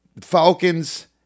Falcons